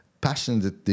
passionate